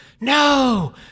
No